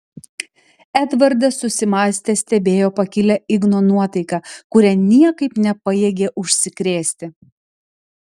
edvardas susimąstęs stebėjo pakilią igno nuotaiką kuria niekaip nepajėgė užsikrėsti